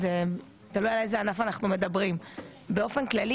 באופן כללי לא כולם יכולים להיכנס לאזור האישי,